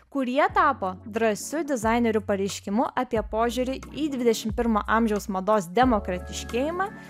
kurie tapo drąsiu dizainerių pareiškimu apie požiūrį į dvidešim pirmo amžiaus mados demokratiškėjimą